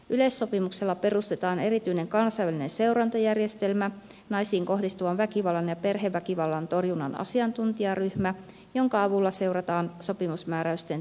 yleissopimuksella perustetaan erityinen kansainvälinen seurantajärjestelmä naisiin kohdistuvan väkivallan ja perheväkivallan torjunnan asiantuntijaryhmä jonka avulla seurataan sopimusmääräysten täytäntöönpanoa